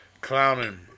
clowning